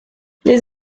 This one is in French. les